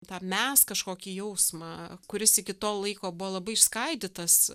tą mes kažkokį jausmą kuris iki tol laiko buvo labai išskaidytas